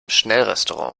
schnellrestaurant